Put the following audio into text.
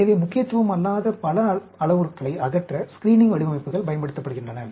எனவே முக்கியத்துவம் இல்லாத பல அளவுருக்களை அகற்ற ஸ்கிரீனிங் வடிவமைப்புகள் பயன்படுத்தப்படுகின்றன